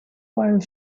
while